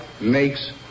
makes